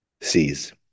sees